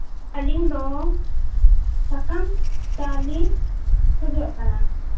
ᱟᱹᱞᱤᱧ ᱫᱚ ᱥᱟᱠᱟᱢ ᱪᱟ ᱞᱤᱧ ᱠᱷᱚᱡᱚᱜ ᱠᱟᱱᱟ